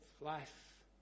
life